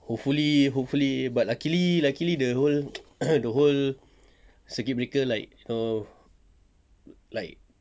hopefully hopefully but luckily luckily the whole the whole circuit breaker like you know like